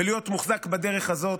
ולהיות מוחזק בדרך הזאת.